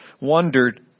wondered